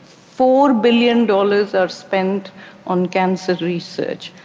four billion dollars are spent on cancer research.